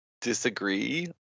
disagree